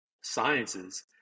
sciences